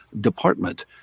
Department